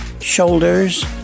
shoulders